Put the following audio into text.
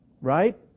Right